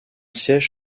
siège